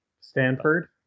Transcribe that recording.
Stanford